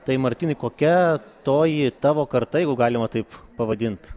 tai martynai kokia toji tavo karta jeigu galima taip pavadint